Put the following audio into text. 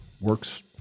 works